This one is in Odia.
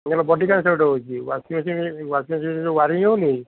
ପୁରା ବଡ଼ିଟା ସଟ୍ ହେଉଛି ୱାଶିଂ ମେସିନ୍ ୱାଶିଂ ମେସିନ୍ ଯେଉଁ ୱାରିଙ୍ଗ୍ ହଉନି